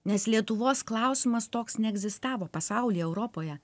nes lietuvos klausimas toks neegzistavo pasaulyje europoje